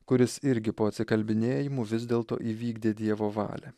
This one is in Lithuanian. kuris irgi po atsikalbinėjimų vis dėlto įvykdė dievo valią